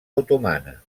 otomana